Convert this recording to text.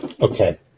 Okay